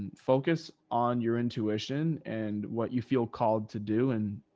and focus on your intuition and what you feel called to do, and,